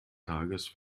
tages